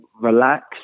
relax